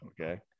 Okay